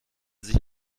sich